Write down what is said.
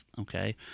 Okay